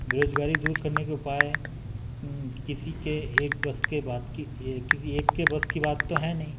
बेरोजगारी दूर करने के उपाय किसी के एक बस के बाद की किसी एक के बस की बात तो है नहीं